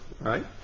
right